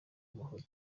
amafoto